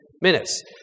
minutes